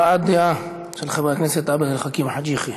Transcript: הבעת דעה של חבר הכנסת עבד אל חכים חאג' יחיא.